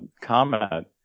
comment